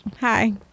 hi